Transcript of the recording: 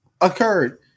occurred